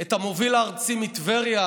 את המוביל הארצי מטבריה,